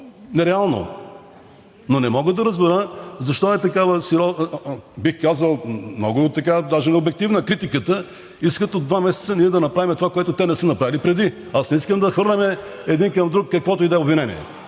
нереално, но не мога да разбера защо е, бих казал, обективна критиката – искат за два месеца ние да направим това, което те не са направили преди. Аз не искам да хвърляме един към друг каквото и да е обвинение,